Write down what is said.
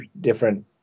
different